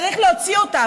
צריך להוציא אותה,